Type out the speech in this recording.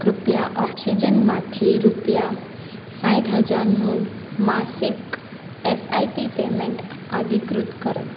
કૃપયા ઓક્સિજનમાંથી રૂપિયા સાઠ હજારનું માસિક એસઆઇપી પેમેંટ અધિકૃત કરો